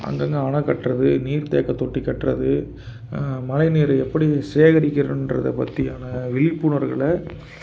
அங்கங்கே அணை கட்டுறது நீர் தேக்கத்தொட்டி கட்டுறது மழை நீரை எப்படி சேகரிக்கணுன்றதை பற்றியான விழிப்புணர்வுகள